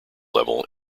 level